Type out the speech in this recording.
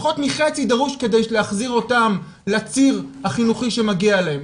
פחות מחצי דרוש כדי להחזיר אותם לציר החינוכי שמגיע להם,